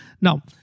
Now